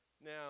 Now